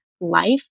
life